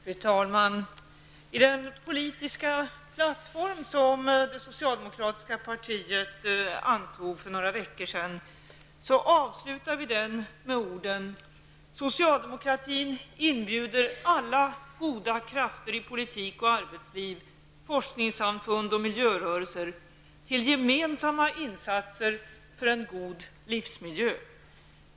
Fru talman! Den politiska plattform som det socialdemokratiska partiet för några veckor sedan antog avslutas med orden: Socialdemokratin inbjuder alla goda krafter i politik och arbetsliv, forskningssamfund och miljörörelser, till gemensamma insatser för en god livsmiljö.